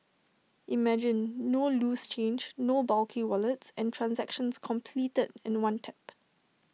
imagine no loose change no bulky wallets and transactions completed in one tap